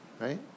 Right